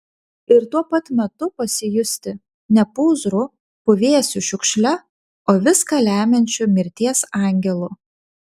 ir tuo pat metu pasijusti ne pūzru puvėsiu šiukšle o viską lemiančiu mirties angelu